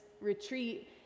retreat